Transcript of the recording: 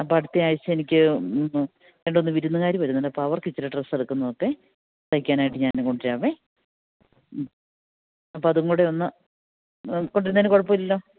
അപ്പോള് അടുത്തയാഴ്ച എനിക്ക് രണ്ടുമൂന്ന് വിരുന്നുകാര് വരുന്നുണ്ട് അപ്പോള് അവർക്കിത്തിരി ഡ്രസ്സ് എടുക്കാമെന്നോർത്തു തയ്ക്കാനായിട്ട് ഞാന് കൊണ്ടുവരാം മ്മ് അപ്പോള് അതുംകൂടെ ഒന്ന് കൊണ്ടുവരുന്നതിന് കുഴപ്പമില്ലല്ലോ